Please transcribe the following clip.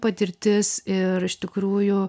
patirtis ir iš tikrųjų